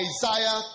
Isaiah